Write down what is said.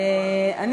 תודה,